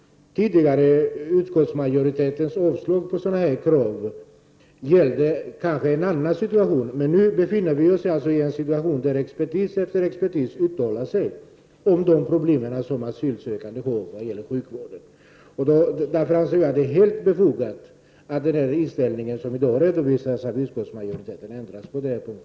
Utskottsmajoriteten har tidigare avstyrkt sådana krav, men då gällde det kanske en annan situation. Men nu befinner vi oss i en situation där expertis efter expertis uttalar sig om de problem som de asylsökande har i fråga om sjukvård. Därför anser jag att det är helt befogat att utskottsmajoritetens inställning ändras på denna punkt.